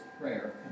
prayer